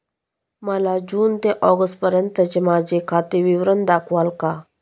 मला जून ते ऑगस्टपर्यंतचे माझे खाते विवरण दाखवाल का?